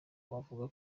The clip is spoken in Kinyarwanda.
bavuga